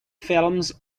films